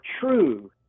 true